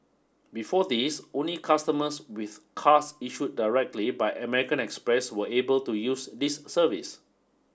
before this only customers with cards issued directly by American Express were able to use this service